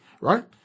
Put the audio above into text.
right